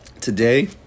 Today